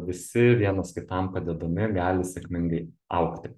visi vienas kitam padėdami gali sėkmingai augti